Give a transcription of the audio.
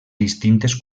distintes